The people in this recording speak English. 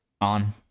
On